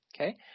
okay